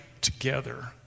together